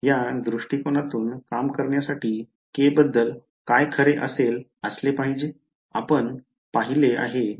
या दृष्टिकोनातून काम करण्यासाठी k बद्दल काय खरे असेल पाहिजे